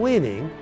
Winning